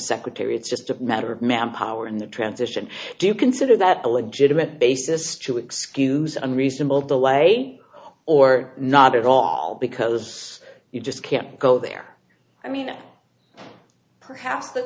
secretary it's just a matter of manpower in the transition do you consider that a legitimate basis to excuse unreasonable the way or not at all because you just can't go there i mean perhaps